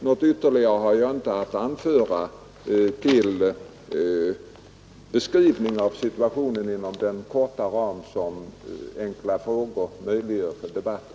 Något ytterligare har jag inte att anföra till beskrivning av situationen inom den snäva ram som enkla frågor ger för debatten.